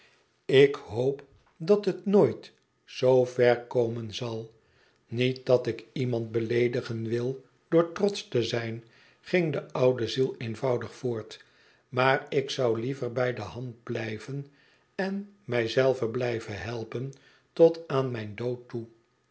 ik hoop dat het nooit zoo ver komen zal niet dat ik iemand beleedigen wil door trotsch te zijn ging de oude ziel eenvoudig voort i maar ik zou liever bij de hand blijven en mij zelve blijven helpen tot aan mijn dood toe